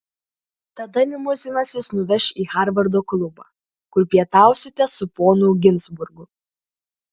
tada limuzinas jus nuveš į harvardo klubą kur pietausite su ponu ginzburgu